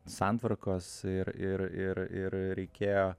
santvarkos ir ir ir ir reikėjo